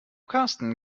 carsten